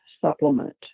supplement